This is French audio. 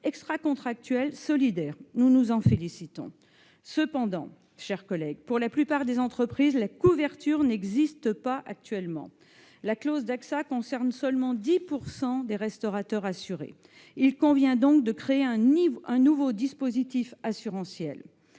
extracontractuelle solidaire. Nous nous en félicitons. Cependant, pour la plupart des entreprises, la couverture n'existe pas. La clause d'Axa concerne seulement 10 % des restaurateurs assurés. Il convient donc de créer un nouveau dispositif assurantiel.